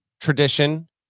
tradition